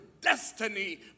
destiny